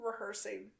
rehearsing